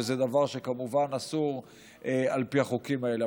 שזה דבר שכמובן אסור על פי החוקים האלה.